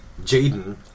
Jaden